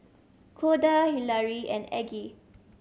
Corda Hilary and Aggie